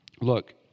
look